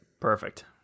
perfect